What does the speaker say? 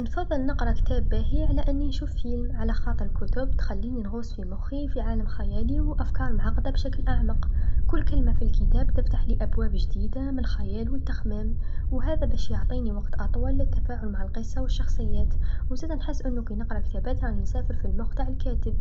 نفضل نقرا كتاب باهي على أني نشوف فيلم على خاطر الكتب تخليني نغوص في مخي في عالم خيالي و أفكار معقده بشكل أعمق، كل كلمه في الكتاب تفتحلي أبواب جديدا من الخيال و التخمام و هذا باش يعطيني وقت أطول للتفاهم مع القصه و الشخصيات و زادا نحس أنو كنقرى كتابات راني نسافر في المخ نتاع الكاتب،